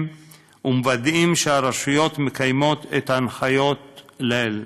ומוודאים שהרשויות מקיימות את ההנחיות לעיל.